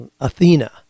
athena